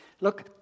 look